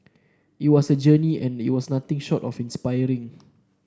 it was a journey and it was nothing short of inspiring